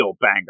banger